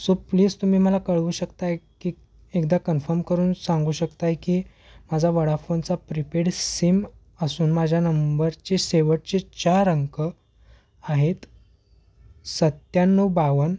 so please तुम्ही मला कळवू शकताय की एकदा कन्फर्म करून सांगू शकताय की माझा वडाफोनचा प्रिपेड सिम असून माझ्या नंबरचे शेवटचे चार अंक आहेत सत्त्याण्णव बाव्वन्न